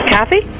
Kathy